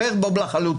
כופר בו לחלוטין.